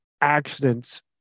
accidents